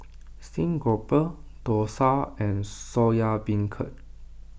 Stream Grouper Dosa and Soya Beancurd